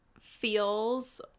feels